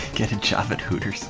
get a job at